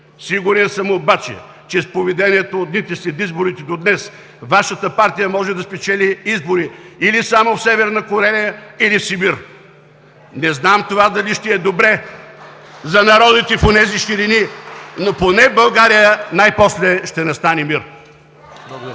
Сигурен съм обаче, че с поведението от дните след изборите от днес Вашата партия може да спечели избори или само в Северна Корея, или в Сибир. (Ръкопляскания от ГЕРБ.) Не знам това дали ще е добре за народите в онези ширини, но поне в България най-после ще настане мир!